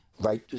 right